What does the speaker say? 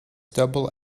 double